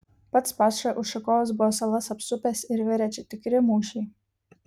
pats paša ušakovas buvo salas apsupęs ir virė čia tikri mūšiai